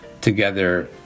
together